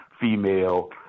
female